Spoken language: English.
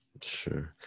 Sure